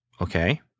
Okay